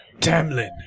Tamlin